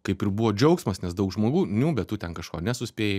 kaip ir buvo džiaugsmas nes daug žmogų nių bet tu ten kažko nesuspėjai